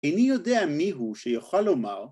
‫איני יודע מיהו שיוכל לומר.